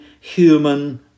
human